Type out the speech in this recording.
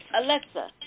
Alexa